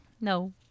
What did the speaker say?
No